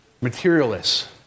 materialists